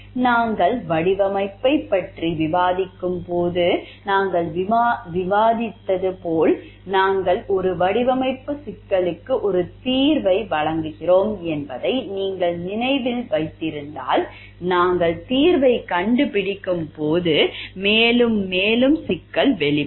நாங்கள் வடிவமைப்பைப் பற்றி விவாதிக்கும் போது நாங்கள் விவாதித்தது போல் நாங்கள் ஒரு வடிவமைப்பு சிக்கலுக்கு ஒரு தீர்வை வழங்குகிறோம் என்பதை நீங்கள் நினைவில் வைத்திருந்தால் நாங்கள் தீர்வைக் கண்டுபிடிக்கும் போது மேலும் மேலும் சிக்கல் வெளிப்படும்